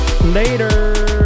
Later